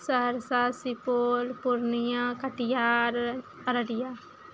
Saharsa Supaul Purnia Katihar Araria